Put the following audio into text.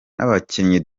n’abakinnyi